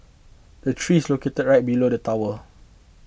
the tree is located right below the tower